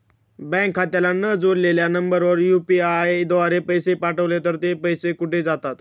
Bank खात्याला न जोडलेल्या नंबरवर यु.पी.आय द्वारे पैसे पाठवले तर ते पैसे कुठे जातात?